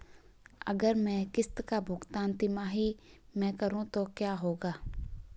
अगर मैं किश्त का भुगतान तिमाही में करूं तो क्या होगा?